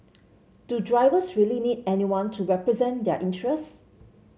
do drivers really need anyone to represent their interests